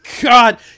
God